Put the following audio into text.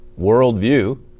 worldview